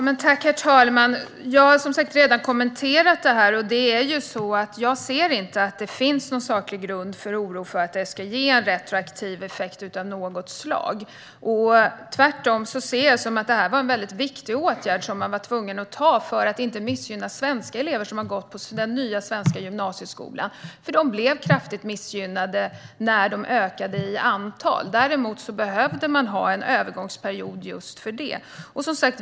Herr talman! Jag har som sagt redan kommenterat detta. Jag ser inte att det finns någon saklig grund för oron för att detta ska ge en retroaktiv effekt av något slag. Tvärtom ser jag att det var en viktig åtgärd som man var tvungen att vidta för att inte missgynna svenska elever som har gått i den nya svenska gymnasieskolan. De blev kraftigt missgynnade när de ökade i antal. Däremot behövde man ha en övergångsperiod för detta.